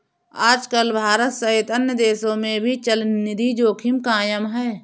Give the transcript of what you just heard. आजकल भारत सहित अन्य देशों में भी चलनिधि जोखिम कायम है